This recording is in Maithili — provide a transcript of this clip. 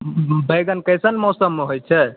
बैगन कइसन मौसममे होइ छै